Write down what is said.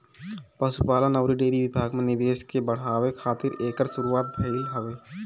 पशुपालन अउरी डेयरी विभाग में निवेश के बढ़ावे खातिर एकर शुरुआत भइल हवे